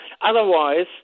Otherwise